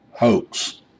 hoax